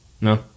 no